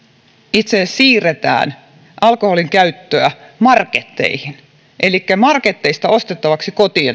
itse asiassa siirretään alkoholinkäyttöä marketteihin elikkä alkoholia marketeista ostettavaksi kotiin